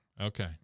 okay